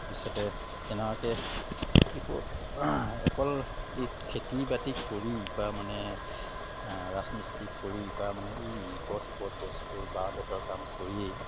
ভৱিষ্যতে তেনেকুৱাকৈ অকল এই খেতি বাতি কৰি বা মানে ৰাজমিস্ত্ৰী কৰি বা মানে এই ইপদ সিপদ বস্তু বাঁহ বেতৰ কাম কৰিয়েই